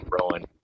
Rowan